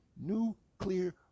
Nuclear